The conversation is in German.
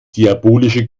diabolische